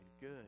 good